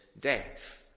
death